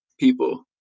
people